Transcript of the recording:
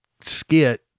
skit